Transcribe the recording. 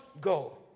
go